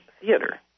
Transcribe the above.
theater